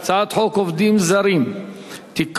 הצעת חוק עובדים זרים (תיקון,